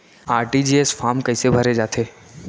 RTGS form कइसे भरे जाथे?